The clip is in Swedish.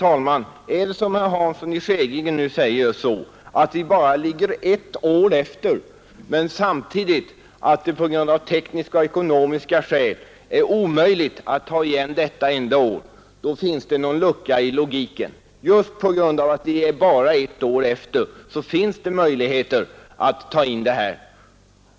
Herr talman! När herr Hansson i Skegrie säger att vi bara ligger ett år efter USA men att det samtidigt av tekniska och ekonomiska skäl är omöjligt för oss att ta igen detta enda år, då finns det en lucka i logiken. Just på grund av att vi bara är ett år efter finns det möjligheter att ta in försprånget.